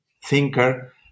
thinker